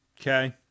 Okay